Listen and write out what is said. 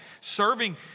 Serving